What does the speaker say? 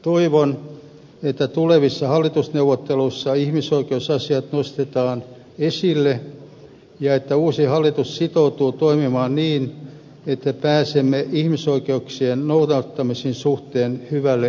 toivon että tulevissa hallitusneuvotteluissa ihmisoikeusasiat nostetaan esille ja että uusi hallitus sitoutuu toimimaan niin että pääsemme ihmisoikeuksien noudattamisen suhteen hyvälle eurooppalaiselle tasolle